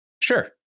Sure